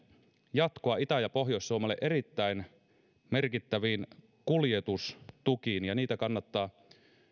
jatkoa itä ja pohjois suomelle erittäin merkittäviin kuljetustukiin niitä kannattaa